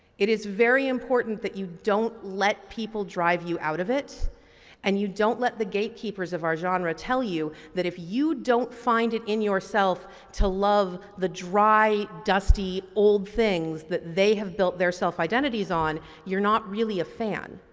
it is very important that you don't let people drive you out of it and you don't let the gatekeepers of our genre tell you that if you don't find it in yourself to love the dry, dusty old things that they have built their self-identities on, you're not really a fan.